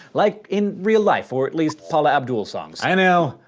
like in real life, or at least paula abdul songs. i know,